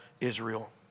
Israel